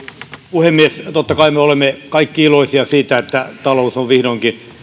puhemies totta kai me olemme kaikki iloisia siitä että talous on vihdoinkin